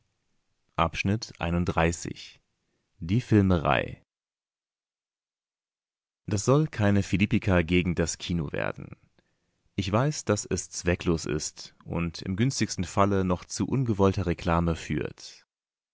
volks-zeitung die filmerei das soll keine philippika gegen das kino werden ich weiß daß das zwecklos ist und im günstigsten falle noch zu ungewollter reklame führt